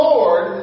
Lord